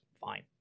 fine